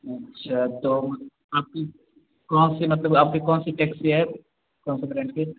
अच्छा तो आपकी कौन सी मतलब आपकी कौन सी टैक्सी है कौन से ब्रेंड की